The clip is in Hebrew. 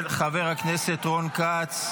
של חבר הכנסת רון כץ.